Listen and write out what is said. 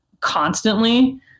constantly